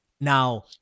now